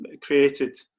created